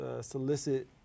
solicit